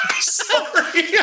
sorry